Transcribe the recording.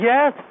Yes